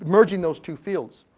merging those two fields.